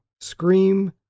Scream